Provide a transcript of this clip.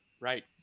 Right